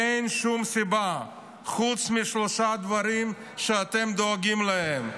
אין שום סיבה, חוץ משלושה דברים שאתם דואגים להם: